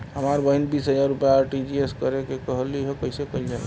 हमर बहिन बीस हजार रुपया आर.टी.जी.एस करे के कहली ह कईसे कईल जाला?